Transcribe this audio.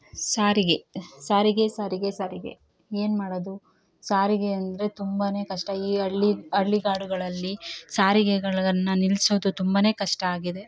ಸಾರಿಗೆ ಸಾರಿಗೆ ಸಾರಿಗೆ ಸಾರಿಗೆ ಏನು ಮಾಡೋದು ಸಾರಿಗೆ ಅಂದರೆ ತುಂಬಾ ಕಷ್ಟ ಈ ಹಳ್ಳಿ ಹಳ್ಳಿಗಾಡುಗಳಲ್ಲಿ ಸಾರಿಗೆಗಳನ್ನು ನಿಲ್ಸೋದು ತುಂಬಾ ಕಷ್ಟ ಆಗಿದೆ